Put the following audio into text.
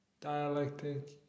dialectic